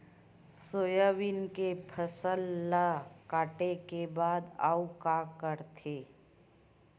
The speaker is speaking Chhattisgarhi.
सोयाबीन के फसल ल काटे के बाद आऊ का करथे?